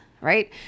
right